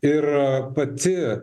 ir pati